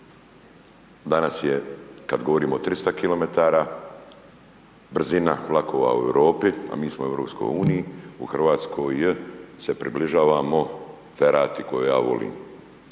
danas je kada govorimo o 300 km brzina vlakova u Europi, a mi smo u EU, u Hrvatskoj se približavamo ferati koju ja volim